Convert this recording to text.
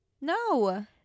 No